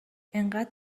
انقدر